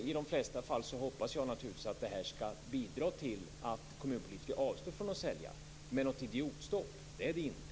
Naturligtvis hoppas jag att det här i de flesta fall bidrar till att kommunpolitiker avstår från att sälja, men idiotstopp är det inte.